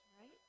right